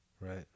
Right